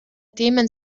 themen